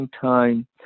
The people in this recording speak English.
time